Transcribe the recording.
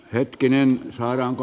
hetkinen saadaanko